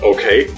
Okay